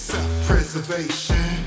Self-preservation